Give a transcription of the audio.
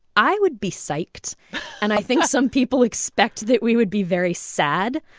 i would be psyched and i think some people expect that we would be very sad.